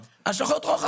אמרתי לך, השלכות רוחב.